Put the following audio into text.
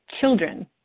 children